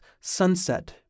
sunset